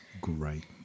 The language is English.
great